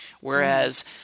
Whereas